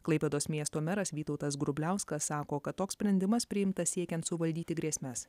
klaipėdos miesto meras vytautas grubliauskas sako kad toks sprendimas priimtas siekiant suvaldyti grėsmes